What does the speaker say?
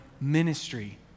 ministry